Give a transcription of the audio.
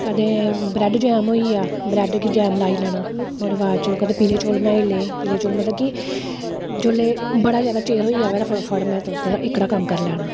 कदें bread jam होई गेआ ब्रेड गी जैम लाई लैना ओह्दे बाद चूं कदें पीले चौल बनाई ले पीले चौल मतलब कि जेल्ले बड़ा ज्यादा चिर होई जाना ते फटाफट मैं एह्कड़ा कम्म करी लैना